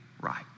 right